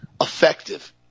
effective